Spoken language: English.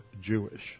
Jewish